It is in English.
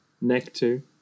nectar